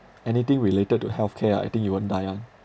anything related to healthcare ah I think you won't die [one]